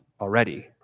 already